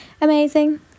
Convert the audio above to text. amazing